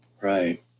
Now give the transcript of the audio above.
Right